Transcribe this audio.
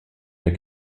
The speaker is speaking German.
der